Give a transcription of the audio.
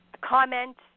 comment